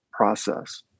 process